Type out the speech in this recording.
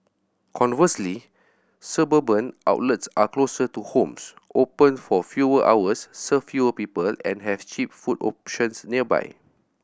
conversely suburban outlets are closer to homes open for fewer hours serve fewer people and have cheap food options nearby